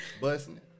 busting